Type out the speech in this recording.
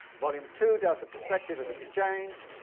volume two does the perspective of exchange.